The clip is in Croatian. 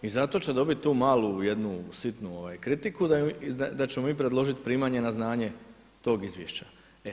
I zato će dobit tu malu jednu sitnu kritiku da ćemo mi predložiti primanje na znanje tog izvješća.